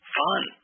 fun